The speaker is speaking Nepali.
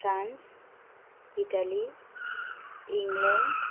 France Italy England